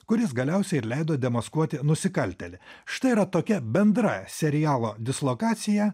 kuris galiausiai ir leido demaskuoti nusikaltėlį štai yra tokia bendra serialo dislokacija